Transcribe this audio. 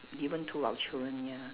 given to our children ya